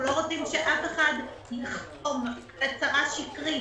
לא רוצים שאף אחד יחתום על הצהרה שקרית.